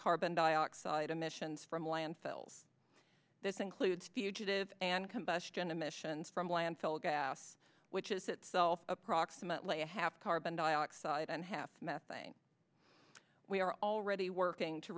carbon dioxide emissions from landfills this includes fugitive and combustion emissions from landfill gas which is itself approximately a half carbon dioxide and half methane we are already working to